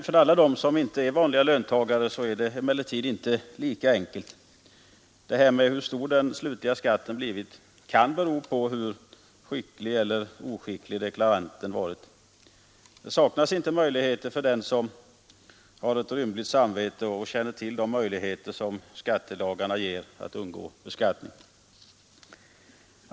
För alla dem som inte är vanliga löntagare är det emellertid inte lika enkelt. Det här med hur stor den slutliga skatten blivit kan bero på hur skicklig eller oskicklig deklaranten varit. Det saknas inte möjligheter för den som har ett rymligt samvete och känner till de möjligheter som skattelagarna ger att undgå beskattning.